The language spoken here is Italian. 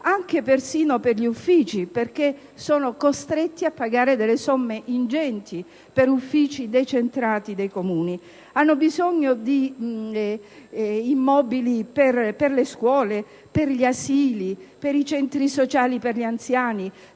locali persino per gli uffici, perché sono costretti a pagare somme ingenti per sedi decentrate; hanno bisogno di immobili per le scuole, per gli asili, per i centri sociali per gli anziani,